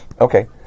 Okay